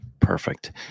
Perfect